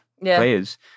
players